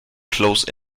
close